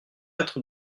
être